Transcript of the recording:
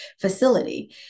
facility